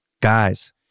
Guys